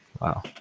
Wow